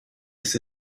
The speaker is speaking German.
ist